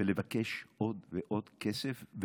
ולבקש עוד ועוד כסף,